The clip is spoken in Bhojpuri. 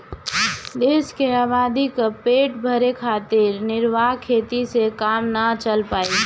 देश के आबादी क पेट भरे खातिर निर्वाह खेती से काम ना चल पाई